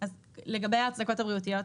אז לגבי ההצדקות הבריאותיות,